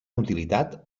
utilitat